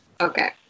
Okay